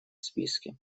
списке